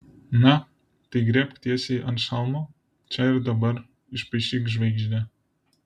na tai griebk tiesiai ant šalmo čia ir dabar išpaišyk žvaigždę